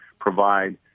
provide